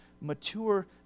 mature